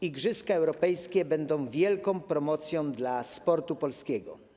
Igrzyska europejskie będą wielką promocją dla sportu polskiego.